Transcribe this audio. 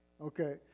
okay